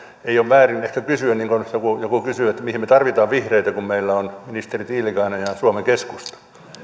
ei ole ehkä väärin kysyä niin kuin joku joku kysyi mihin me tarvitsemme vihreitä kun meillä on ministeri tiilikainen ja suomen keskusta